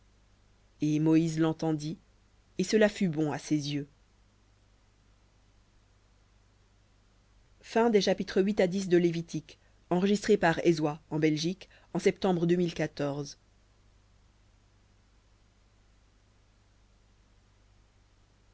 et moïse l'entendit et cela fut bon à ses yeux